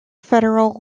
federal